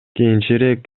кийинчерээк